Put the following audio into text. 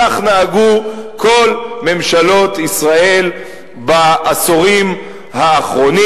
כך נהגו כל ממשלות ישראל בעשורים האחרונים.